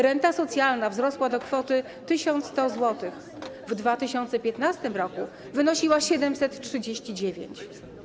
Renta socjalna wzrosła do kwoty 1100 zł, w 2015 r. wynosiła 739 zł.